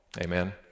Amen